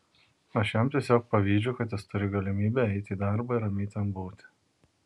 aš jam tiesiog pavydžiu kad jis turi galimybę eiti į darbą ir ramiai ten būti